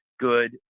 good